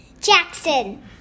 Jackson